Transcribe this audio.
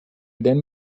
then